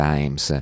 Times